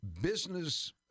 business